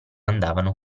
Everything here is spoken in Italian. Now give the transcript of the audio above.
andavano